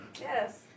Yes